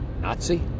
Nazi